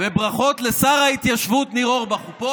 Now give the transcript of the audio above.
וברכות לשר ההתיישבות ניר אורבך, הוא פה?